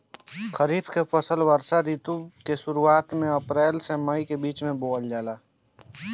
खरीफ के फसल वर्षा ऋतु के शुरुआत में अप्रैल से मई के बीच बोअल जाला